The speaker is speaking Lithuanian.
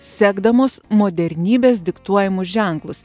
sekdamos modernybės diktuojamus ženklus